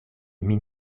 min